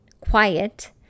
quiet